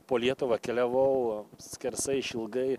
po lietuvą keliavau skersai išilgai